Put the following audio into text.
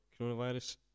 coronavirus